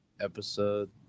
episode